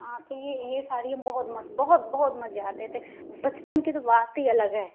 हाँ तो ये ये सारी हम बहुत मज़ें बहुत बहुत मज़े आते थे बचपन की तो बात ही अलग है